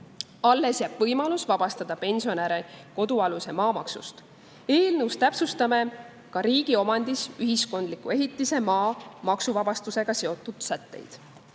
Alles jääb võimalus vabastada pensionäre kodualuse maa maksust. Eelnõus täpsustame ka riigi omandis olevate ühiskondlike ehitiste maa maksuvabastusega seotud sätteid.